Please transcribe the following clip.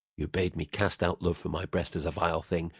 you bade me cast out love from my breast as a vile thing,